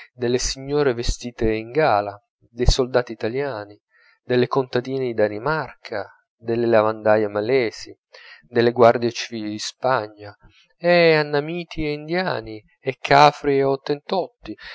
delle signore vestite in gala dei soldati italiani delle contadine di danimarca delle lavandaie malesi delle guardie civili di spagna e annamiti e indiani e cafri e ottentotti